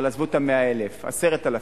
אבל עזבו את ה-100,000, 10,000,